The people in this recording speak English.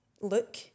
look